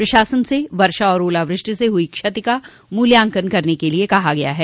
प्रशासन से वर्षा और ओलावृष्टि से हुई क्षति का मूल्यांकन करने के लिए कहा गया है